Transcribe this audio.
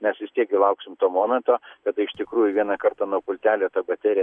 mes vis tiek gi lauksim to momento kada iš tikrųjų vieną kartą nuo pultelio ta baterija